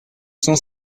cent